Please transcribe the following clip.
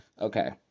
Okay